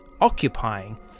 occupying